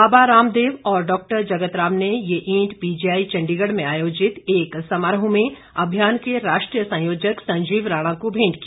बाबा रामदेव और डॉक्टर जगत राम ने ये ईंट पीजीआई चण्डीगढ़ में आयोजित एक समारोह में अभियान के राष्ट्रीय संयोजक संजीव राणा को भेंट की